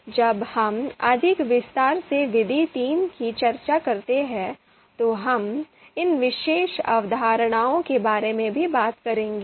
इसलिए जब हम अधिक विस्तार से विधि III की चर्चा करते हैं तो हम इन विशेष अवधारणाओं के बारे में भी बात करेंगे